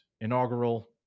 inaugural